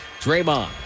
Draymond